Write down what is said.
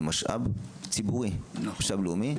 זה משאב ציבורי לאומי,